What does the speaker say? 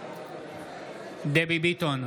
דבי ביטון,